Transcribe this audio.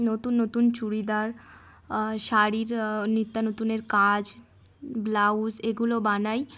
নতুন নতুন চুড়িদার শাড়ির নিত্যা নতনের কাজ ব্লাউজ এগুলো বানাই